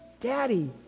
Daddy